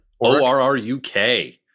o-r-r-u-k